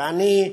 ואני,